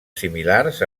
similars